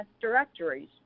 directories